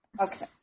okay